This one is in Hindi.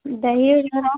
दही ओ झोरा